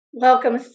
Welcome